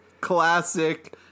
Classic